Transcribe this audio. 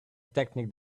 technique